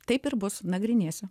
taip ir bus nagrinėsiu